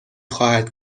خواهد